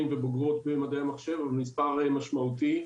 ובוגרות במדעי המחשב אבל מספר משמעותי,